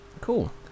Cool